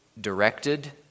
directed